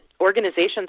organizations